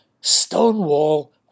Stonewall